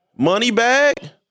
Moneybag